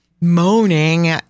Moaning